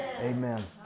Amen